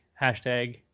Hashtag